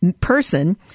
person